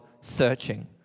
searching